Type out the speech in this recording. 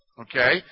Okay